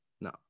No